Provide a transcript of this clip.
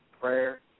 prayer